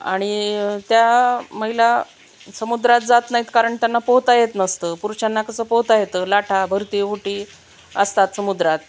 आणि त्या महिला समुद्रात जात नाहीत कारण त्यांना पोहता येत नसतं पुरुषांना कसं पोहता येतं लाटा भरती ओहोटीअसतात समुद्रात